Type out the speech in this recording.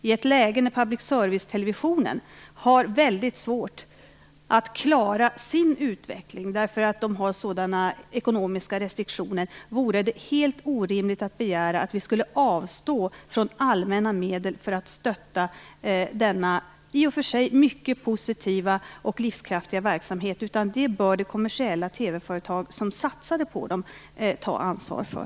I ett läge när public service-televisionen på grund av ekonomiska restriktioner har mycket svårt att klara sin utveckling vore det helt orimligt att begära att vi skulle skjuta till allmänna medel för att stödja den här i och för sig mycket positiva och livskraftiga verksamheten. Det bör det kommersiella TV-företag som satsat på den ta ansvar för.